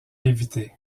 invités